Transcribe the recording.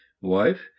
Wife